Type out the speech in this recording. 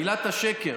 מילת השקר,